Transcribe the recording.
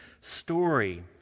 story